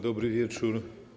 Dobry wieczór.